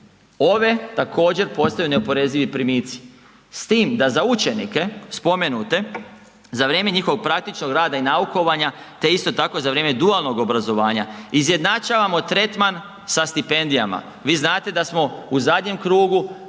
Ove također postoje neoporezivi primici s tim da za učenike spomenute za vrijeme njihovog praktičnog rada i naukovanja te isto tako za vrijeme dualnog obrazovanja izjednačavamo tretman sa stipendijama. Vi znate da smo u zadnjem krugu